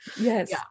Yes